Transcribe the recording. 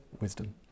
wisdom